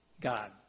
God